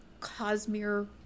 Cosmere